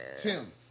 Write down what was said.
Tim